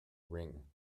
ring